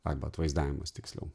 arba atvaizdavimas tiksliau